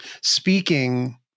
speaking